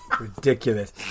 Ridiculous